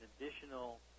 additional